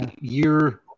year